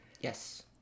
Yes